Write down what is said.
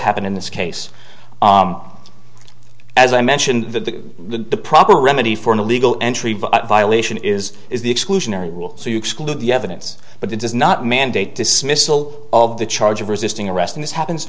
happened in this case as i mentioned the proper remedy for an illegal entry violation is is the exclusionary rule so you exclude the evidence but it does not mandate dismissal of the charge of resisting arrest in this happens